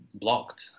blocked